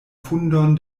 fundon